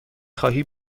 خواهی